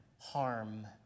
harm